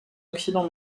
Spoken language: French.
occident